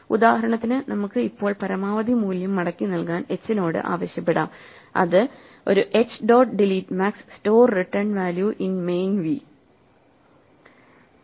ഉദാഹരണത്തിന് നമുക്ക് ഇപ്പോൾ പരമാവധി മൂല്യം മടക്കിനൽകാൻ hനോട് ആവശ്യപ്പെടാം അത് ഒരു h dot delete max store return value in main v